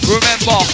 Remember